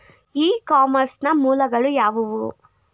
E commerce ನ ಮೂಲಗಳು ಯಾವುವು?